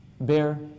bear